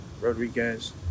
Rodriguez